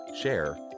share